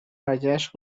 برگشت